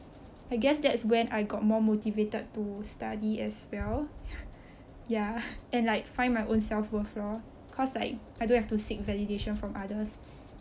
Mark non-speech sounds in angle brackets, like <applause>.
I guess that's when I got more motivated to study as well <laughs> ya <laughs> and like find my own self worth lor cause like I don't have to seek validation from others